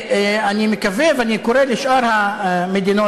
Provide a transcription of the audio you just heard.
אני מקווה ואני קורא לשאר המדינות